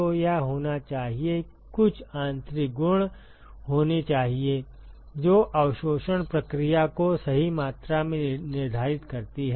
तो यह होना चाहिए कुछ आंतरिक गुण होनी चाहिए जो अवशोषण प्रक्रिया को सही मात्रा में निर्धारित करती है